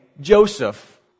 Joseph